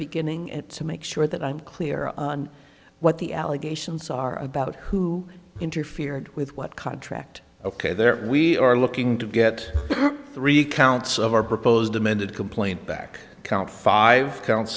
beginning to make sure that i'm clear on what the allegations are about who interfered with what contract ok there we are looking to get three counts of our proposed amended complaint back count five coun